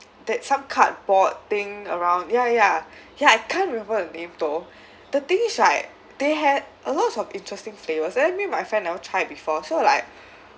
that some cardboard thing around ya ya ya I can't remember the name though the thing is like they had a lot of interesting flavours then me and my friend never try before so like